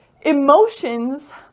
emotions